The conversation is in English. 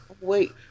Wait